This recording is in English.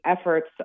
efforts